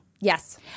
yes